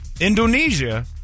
Indonesia